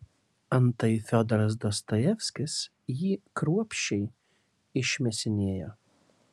antai fiodoras dostojevskis jį kruopščiai išmėsinėjo